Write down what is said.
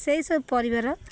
ସେଇ ସବୁ ପରିବାର